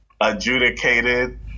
adjudicated